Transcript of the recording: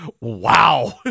wow